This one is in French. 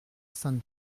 sainte